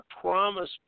promise